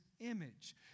image